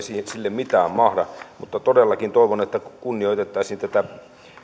mitään mahda mutta todellakin toivon että kunnioitettaisiin tätä